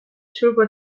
turbo